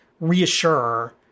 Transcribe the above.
reassure